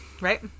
right